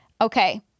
okay